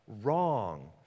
wrong